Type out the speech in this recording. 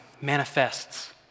manifests